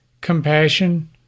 compassion